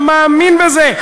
אתה מאמין בזה,